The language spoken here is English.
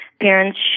parents